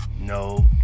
No